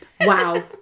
Wow